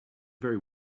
very